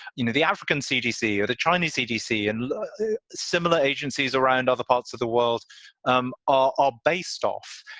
you know, the african cdc or the chinese cdc and similar agencies around other parts of the world um are are based off.